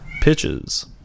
pitches